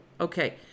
Okay